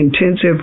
intensive